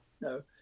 no